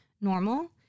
normal